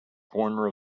corner